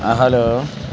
hello